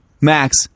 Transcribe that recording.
Max